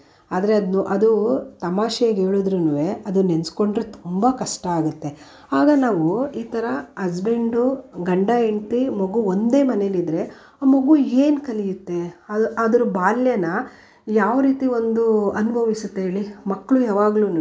ಆದರೆ ಅದನ್ನೂ ಅದು ತಮಾಷೆಗೆ ಹೇಳಿದ್ರೂನು ಅದನ್ನ ನೆನೆಸ್ಕೊಂಡ್ರೆ ತುಂಬ ಕಷ್ಟ ಆಗುತ್ತೆ ಆಗ ನಾವು ಈ ಥರ ಅಸ್ಬೆಂಡು ಗಂಡ ಹೆಂಡತಿ ಮಗು ಒಂದೇ ಮನೆಯಲ್ಲಿದ್ದರೆ ಆ ಮಗು ಏನು ಕಲಿಯುತ್ತೆ ಅದ್ರ ಬಾಲ್ಯನ ಯಾವ ರೀತಿ ಒಂದು ಅನುಭವಿಸುತ್ತೆ ಹೇಳಿ ಮಕ್ಕಳು ಯಾವಾಗಲೂನು